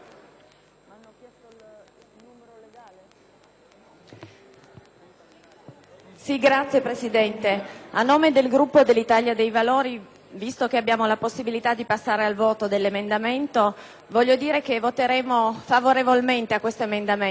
Signora Presidente, a nome del Gruppo dell'Italia dei Valori, visto che abbiamo la possibilità di passare al voto, voglio dire che voteremo a favore di questo emendamento perché credo che